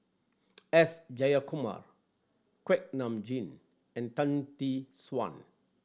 S Jayakumar Kuak Nam Jin and Tan Tee Suan